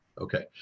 Okay